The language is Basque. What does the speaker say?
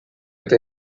eta